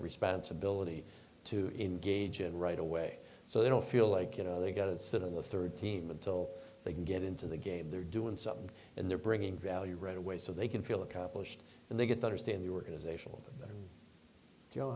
responsibility to engage in right away so they don't feel like you know they're going to sit on the rd team until they can get into the game they're doing something and they're bringing value right away so they can feel accomplished and they get better stay in the organization jo